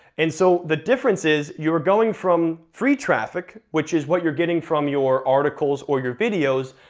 and so, the difference is you're going from free traffic, which is what you're getting from your articles or your videos,